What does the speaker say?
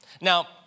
Now